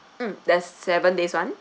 mm there's seven days [one]